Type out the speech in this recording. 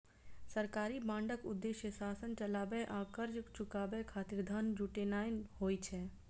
सरकारी बांडक उद्देश्य शासन चलाबै आ कर्ज चुकाबै खातिर धन जुटेनाय होइ छै